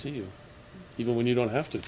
you even when you don't have to